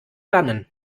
dannen